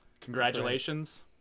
Congratulations